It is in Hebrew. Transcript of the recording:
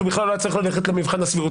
הוא בכלל לא היה צריך ללכת למבחן הסבירות.